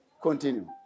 Continue